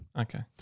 Okay